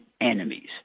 enemies